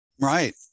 Right